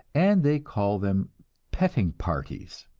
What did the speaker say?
and they call them petting-parties.